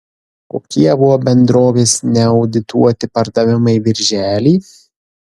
kokie buvo bendrovės neaudituoti pardavimai birželį